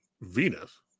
Venus